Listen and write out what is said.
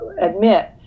admit